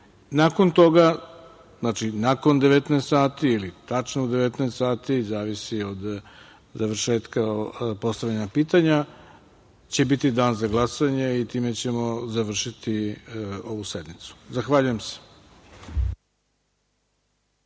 Nakon toga, nakon 19,00 sati, ili tačno u 19,00 sati, zavisi od završetka postavljanja pitanja će biti dan za glasanje i time ćemo završiti ovu sednicu. Zahvaljujem se.